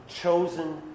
chosen